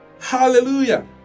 Hallelujah